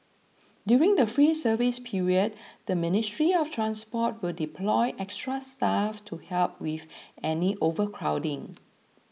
during the free service period the Ministry of Transport will deploy extra staff to help with any overcrowding